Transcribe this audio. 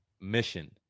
mission